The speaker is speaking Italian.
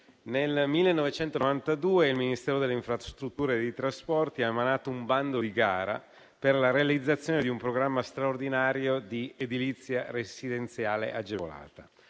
1992 il Ministero delle infrastrutture e dei trasporti ha emanato un bando di gara per la realizzazione del programma straordinario di edilizia residenziale agevolata